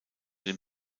den